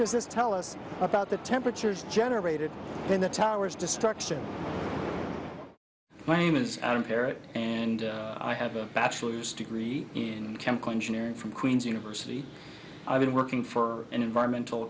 does this tell us about the temperatures generated in the towers destruction my name is adam perry and i have a bachelor's degree in chemical engineering from queens university i've been working for an environmental